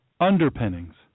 underpinnings